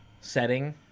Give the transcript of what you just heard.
setting